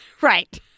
right